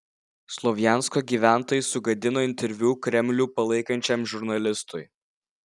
slovjansko gyventojai sugadino interviu kremlių palaikančiam žurnalistui